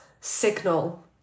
signal